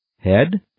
head